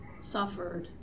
suffered